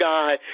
God